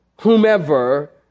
whomever